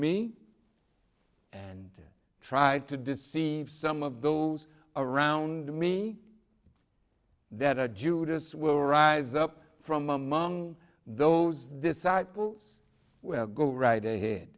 me and tried to deceive some of those around me that a judas will rise up from among those disciples well go right ahead